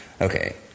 okay